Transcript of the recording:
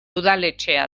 udaletxea